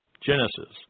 Genesis